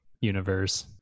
universe